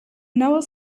never